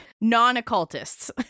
Non-occultists